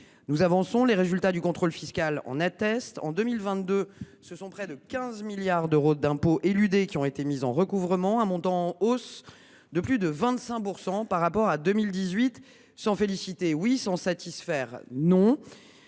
Nous avançons : les résultats du contrôle fiscal l’attestent. En 2022, ce sont près de 15 milliards d’euros d’impôts éludés qui ont été mis en recouvrement, un montant en hausse de plus de 25 % par rapport à 2018. La France est sauvée ! S’en féliciter, oui ; s’en satisfaire, non.